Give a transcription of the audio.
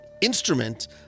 instrument